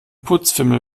putzfimmel